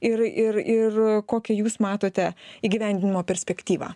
ir ir ir kokį jūs matote įgyvendinimo perspektyvą